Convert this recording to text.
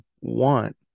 want